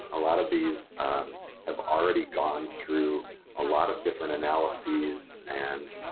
a lot of these have already gone through a lot of different analyses and